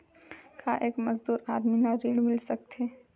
का एक मजदूर आदमी ल ऋण मिल सकथे?